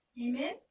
Amen